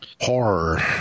horror